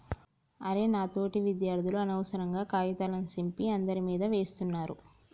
అరె నా తోటి విద్యార్థులు అనవసరంగా కాగితాల సింపి అందరి మీదా వేస్తున్నారు